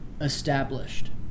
established